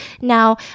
now